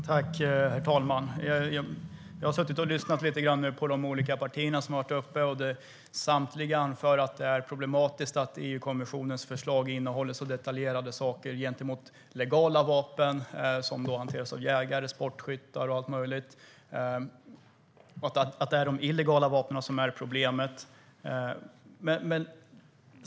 Herr talman! Jag har suttit och lyssnat lite grann på representanterna för de olika partier som varit uppe i debatten. Samtliga anför att det är problematiskt att EU-kommissionens förslag innehåller så detaljerade regler om legala vapen som hanteras av jägare, sportskyttar och allt möjligt och att det är de illegala vapnen som är problemet.